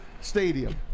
stadium